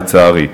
לצערי.